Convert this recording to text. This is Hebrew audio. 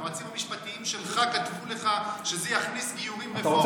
היועצים המשפטיים שלך כתבו לך שזה יכניס גיורים רפורמיים.